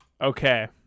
Okay